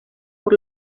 por